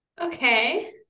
Okay